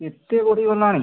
ଏତେ ବଢ଼ିଗଲାଣି